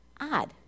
odd